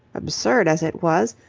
absurd as it was,